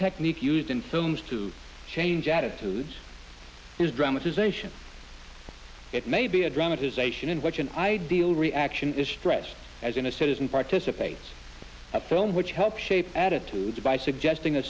technique used in films to change attitudes is dramatization it may be a dramatization in which an ideal reaction is stressed as in a citizen participates in a film which helps shape attitudes by suggesting